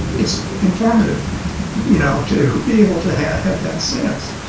it's informative you know to be able to have have that sense.